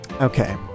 Okay